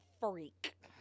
freak